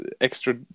extra